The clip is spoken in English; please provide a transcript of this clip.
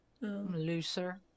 looser